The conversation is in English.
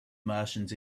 martians